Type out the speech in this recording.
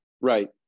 right